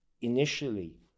initially